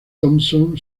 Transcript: thompson